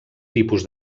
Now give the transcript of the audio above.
tipus